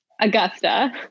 Augusta